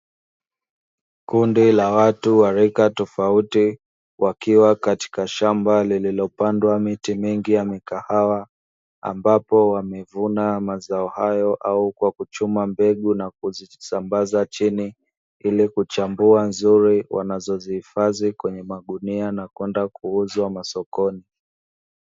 Kundi la watu wa rika tofauti wakiwa katika shamba lililopandwa miti mingi ya mikahawa ambapo wamevuna mazao hayo au kwa kuchuma mbegu na kuzisambaza chini ili kuchambua nzuri wanazohifadhi kwenye magunia na kwenda kuuzwa masokoni.